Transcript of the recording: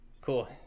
cool